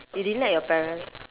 you didn't like your parents